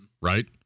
right